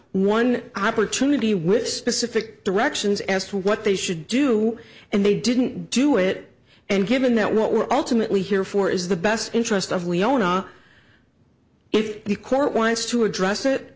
one opportunity with specific directions as to what they should do and they didn't do it and given that what we're alternately here for is the best interest of leona if the court wants to address it